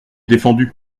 défendu